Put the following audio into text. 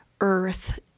Earth